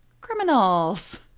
criminals